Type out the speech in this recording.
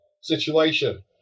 situation